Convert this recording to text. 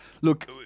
Look